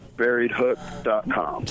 buriedhook.com